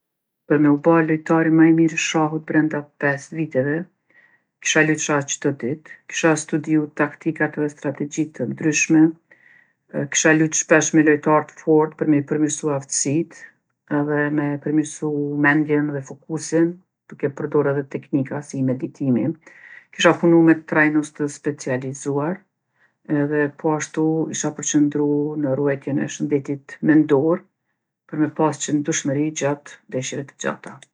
Për me u ba lojtari ma i mirë i shahut brenda pesë viteve, kisha lujtë shah çdo ditë, kisha studiju taktikat edhe strategji të ndryshme, kisha lujtë shpesh me lojtarë t'fortë për me i përmirsu aftsitë edhe me përmirsu mendjen edhe fokusin duke përdorë edhe teknika, si meditimi. Kisha punu me trajnus të specializuar edhe poashtu isha përqëndru në ruajtjen e shëndetit mendor për me pasë qëndrueshmëri gjatë ndeshjeve të gjata.